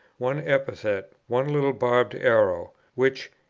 one epithet, one little barbed arrow, which,